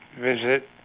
visit